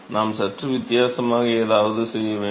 நாம் சற்று வித்தியாசமாக ஏதாவது செய்ய வேண்டும்